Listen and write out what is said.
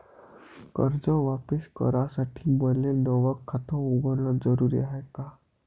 कर्ज वापिस करासाठी मले नव खात उघडन जरुरी हाय का?